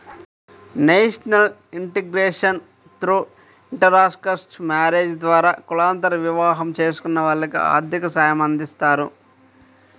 national integration through intercaste marriages ద్వారా కులాంతర వివాహం చేసుకున్న వాళ్లకి ఆర్థిక సాయమందిస్తారు